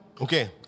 okay